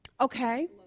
Okay